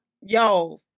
yo